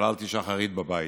התפללתי שחרית בבית.